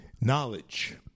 knowledge